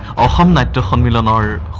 um that the formula lower